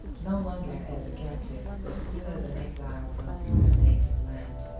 no longer as a captive, but still as an exile from her native land.